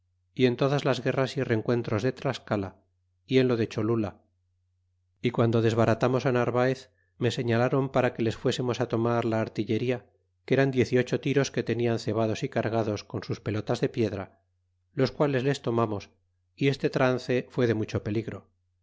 y en todas las guerras y l'encuentros de tlascala y en lo de cholula y guando desbaratamos narvaez me señalron para que les fuésemos tomar la artilleria que eran diez y ocho tiros que tenian cebados y cargados uon sus pelotas de piedra los quales les tomamos y este trance fue de mucho peligro